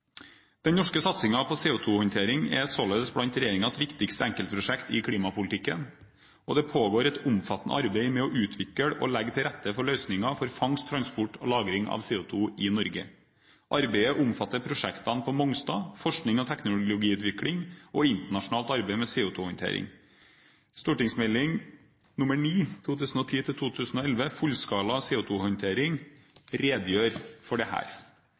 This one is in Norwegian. Den norske satsingen på CO2-håndtering er således blant regjeringens viktigste enkeltprosjekt i klimapolitikken, og det pågår et omfattende arbeid med å utvikle og legge til rette for løsninger for fangst, transport og lagring av CO2 i Norge. Arbeidet omfatter prosjektene på Mongstad, forskning og teknologiutvikling og internasjonalt arbeid med CO2-håndtering. Meld. St. 9 for 2010–2011, Fullskala CO2-håndtering, redegjør for